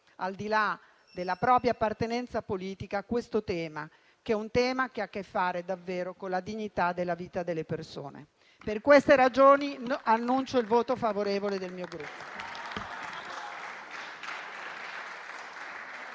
al di là della propria appartenenza politica, questo tema, che ha a che fare con la dignità della vita delle persone. Per queste ragioni, annuncio il voto favorevole del mio Gruppo.